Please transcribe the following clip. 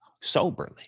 soberly